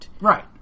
Right